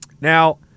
Now